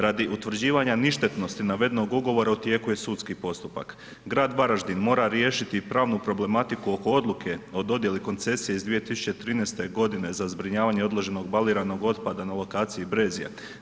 Radi utvrđivanja ništetnosti navedenog ugovora u tijeku je sudski postupak, grad Varaždin mora riješiti pravnu problematiku oko odluke o dodjeli koncesije iz 2013. g. za zbrinjavanje odloženog baliranog otpada na lokaciji Brezja.